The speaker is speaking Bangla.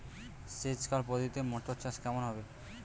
সেচ খাল পদ্ধতিতে মটর চাষ কেমন হবে?